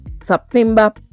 september